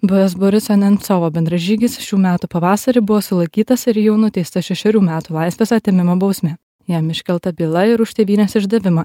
buvęs boriso nemcovo bendražygis šių metų pavasarį buvo sulaikytas ir jau nuteistas šešerių metų laisvės atėmimo bausme jam iškelta byla ir už tėvynės išdavimą